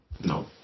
No